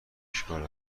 اشکال